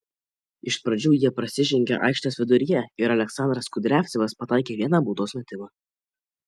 iš pradžių jie prasižengė aikštės viduryje ir aleksandras kudriavcevas pataikė vieną baudos metimą